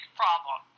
problem